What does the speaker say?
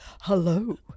hello